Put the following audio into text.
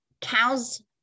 cow's